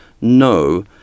No